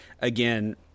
again